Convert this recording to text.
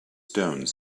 stone